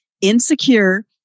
insecure